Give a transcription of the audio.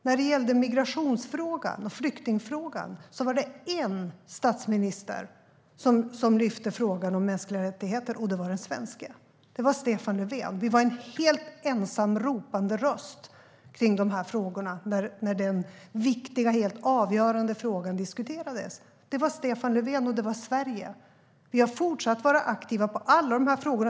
När det gäller migrationsfrågan och flyktingfrågan var det en enda statsminister som lyfte frågan om mänskliga rättigheter, och det var den svenske. Det var Stefan Löfven. Vi var en helt ensam ropande röst i de här frågorna när denna viktiga och helt avgörande fråga diskuterades. Det var Stefan Löfven, och det var Sverige. Vi har fortsatt att vara aktiva i alla dessa frågor.